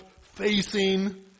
facing